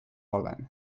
olen